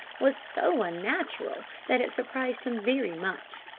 was so unnatural, that it surprised him very much.